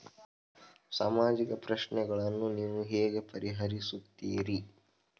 ಸಾಮಾಜಿಕ ಪ್ರಶ್ನೆಗಳನ್ನು ನೀವು ಹೇಗೆ ಪರಿಹರಿಸುತ್ತೀರಿ?